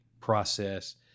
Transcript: process